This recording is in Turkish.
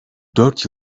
dört